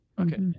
Okay